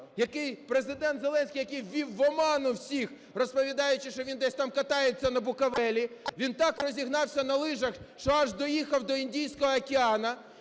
Президент Зеленський, який ввів в оману всіх, розповідаючи, що він там десь катається на Буковелі. Він так розігнався на лижах, що аж доїхав до Індійського океану,